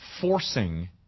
forcing